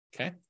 Okay